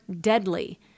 deadly